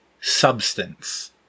substance